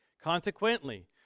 Consequently